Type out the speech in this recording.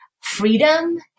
Freedom